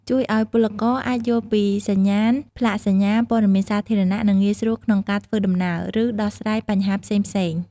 ជួយឱ្យពលករអាចយល់ពីសញ្ញាណ ផ្លាកសញ្ញា ព័ត៌មានសាធារណៈ និងងាយស្រួលក្នុងការធ្វើដំណើរ ឬដោះស្រាយបញ្ហាផ្សេងៗ។